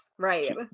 Right